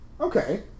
Okay